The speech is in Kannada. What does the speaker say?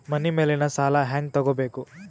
ಮನಿ ಮೇಲಿನ ಸಾಲ ಹ್ಯಾಂಗ್ ತಗೋಬೇಕು?